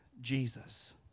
Jesus